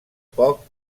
poc